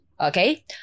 Okay